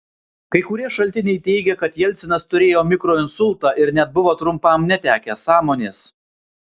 kai kurie šaltiniai teigia kad jelcinas turėjo mikroinsultą ir net buvo trumpam netekęs sąmonės